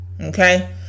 Okay